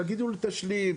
תגידו לי תשלים,